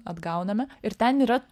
atgauname ir ten yra